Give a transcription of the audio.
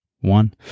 one